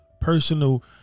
personal